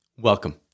welcome